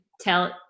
tell